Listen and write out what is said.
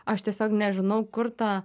aš tiesiog nežinau kur tą